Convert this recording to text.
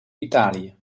italië